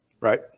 Right